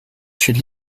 should